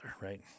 right